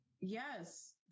yes